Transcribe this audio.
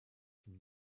from